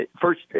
first